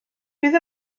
bydd